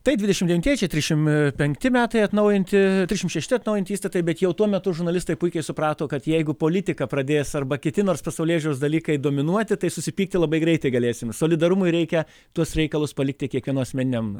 tai dvidešim devintieji čia trisdešim penkti metai atnaujinti trisdešim šešti atnaujinti įstatai bet jau tuo metu žurnalistai puikiai suprato kad jeigu politika pradės arba kiti nors pasaulėžiūros dalykai dominuoti tai susipykti labai greitai galėsime solidarumui reikia tuos reikalus palikti kiekvieno asmeniniam